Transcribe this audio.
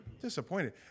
Disappointed